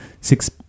six